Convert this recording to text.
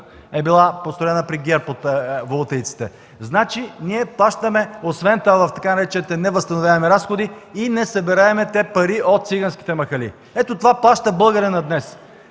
е била построена при ГЕРБ от волтаиците. Значи ние плащаме освен това и тъй наречените невъзстановяеми разходи и несъбираемите пари от циганските махали. Ето, това плаща българинът днес